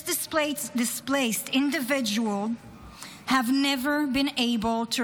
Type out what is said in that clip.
These displaced individuals have never been able to